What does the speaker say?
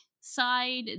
side